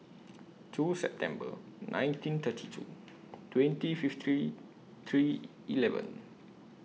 two September nineteen thirty two twenty fifty three three eleven